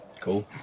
Cool